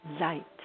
light